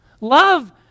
Love